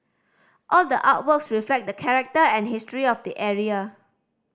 all the artworks reflect the character and history of the area